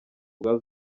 bwa